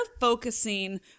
focusing